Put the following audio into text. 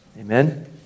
Amen